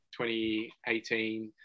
2018